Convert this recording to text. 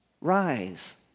Rise